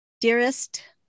Dearest